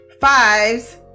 fives